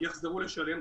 יחזרו לשלם,